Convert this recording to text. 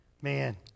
Man